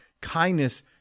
kindness